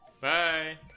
Bye